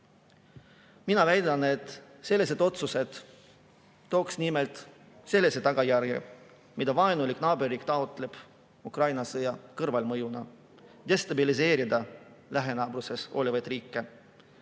Mina väidan, et sellised otsused tooks nimelt selle tagajärje, mida vaenulik naaberriik taotleb Ukraina sõja kõrvalmõjuna: destabiliseerida lähinaabruses olevaid riike.